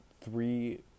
three